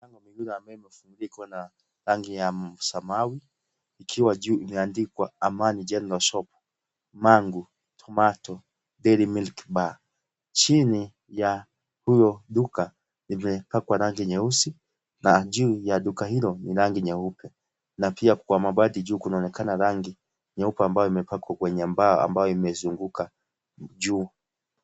Mlango mzuri ambayo imefunikwa na rangi ya samawi ikiwa juu imeandikwa Amani (cs)General shop Mangu Tomato Dairy Milk Bar(cs) chini ya huyo duka imepakwa rangi nyeusi na juu ya duka hilo ni rangi nyeupe na pia kwa mabati juu kunaonekana rangi nyeupe ambayo imepakwa kwenye mbao ambayo imezunguka juu.